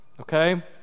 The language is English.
Okay